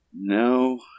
No